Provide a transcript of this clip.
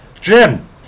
Jim